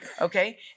Okay